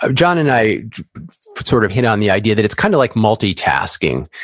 ah john and i sort of hit on the idea that it's kind of like multitasking.